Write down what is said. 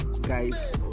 guys